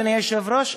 אדוני היושב-ראש,